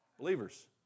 believers